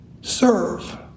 Serve